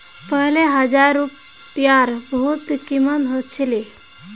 पहले हजार रूपयार बहुत कीमत ह छिले